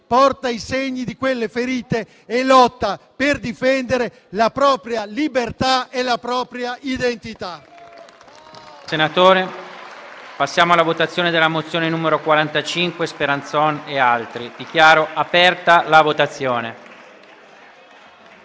porta i segni di quelle ferite e lotta per difendere la propria libertà e la propria identità.